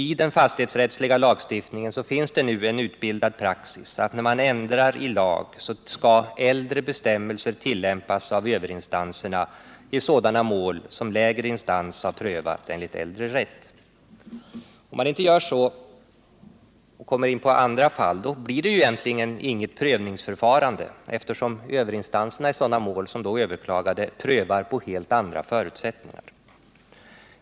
I den fastighetsrättsliga lagstiftningen finns det nu en utbildad praxis, att när man ändrar en lag, skall äldre bestämmelser tillämpas 1 av överinstanserna i sådana mål som lägre instans har prövat enligt äldre rätt. Om man inte gör så blir det inget egentligt prövningsförfarande, eftersom överinstanserna i sådana mål som överklagats då prövar enligt helt andra förutsättningar.